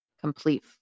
complete